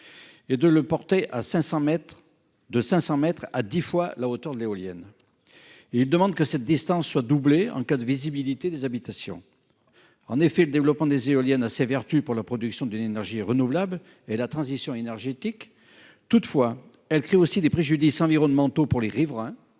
pour la porter de 500 mètres à dix fois la hauteur de l'éolienne. Il vise à prévoir que cette distance soit doublée en cas de visibilité des habitations. Le développement des éoliennes a ses vertus pour la production d'une énergie renouvelable et la transition énergétique. Toutefois, elle crée aussi pour les riverains